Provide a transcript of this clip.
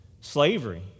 Slavery